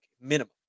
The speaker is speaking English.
minimum